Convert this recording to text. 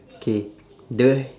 K the